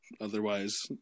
Otherwise